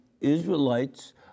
Israelites